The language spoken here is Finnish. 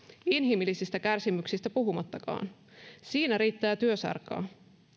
inhimillisistä kärsimyksistä puhumattakaan siinä riittää työsarkaa